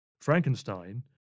Frankenstein